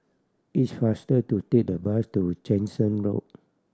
it's faster to take the bus to Jansen Road